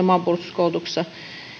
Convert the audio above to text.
maanpuolustuskoulutuksessa